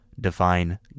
Define